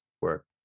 work